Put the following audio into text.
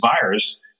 virus